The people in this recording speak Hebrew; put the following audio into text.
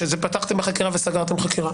שזה פתחתם בחקירה וסגרתם חקירה.